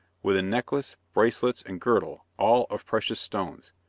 with a necklace, bracelets and girdle, all of precious stones.